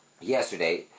yesterday